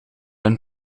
een